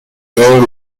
ایران